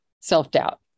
self-doubt